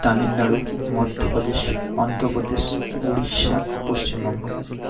Tamil Nadu Madhya Pradesh Andhra Pradesh Orissa Paschimbanga